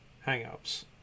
hang-ups